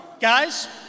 Guys